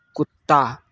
कुत्ता